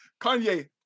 Kanye